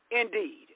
indeed